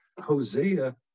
Hosea